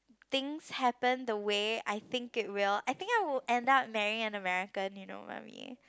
things happen the way I think it will I think I would end up marrying an American you know mummy